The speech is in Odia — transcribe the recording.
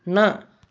ନା